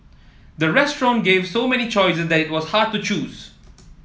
the restaurant gave so many choices that it was hard to choose